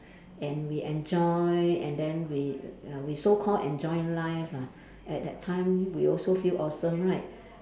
and we enjoy and then we uh we so called enjoy life lah at the time we also feel awesome right